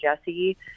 Jesse